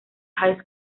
high